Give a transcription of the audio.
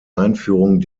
einführung